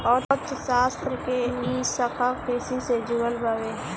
अर्थशास्त्र के इ शाखा कृषि से जुड़ल बावे